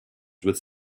with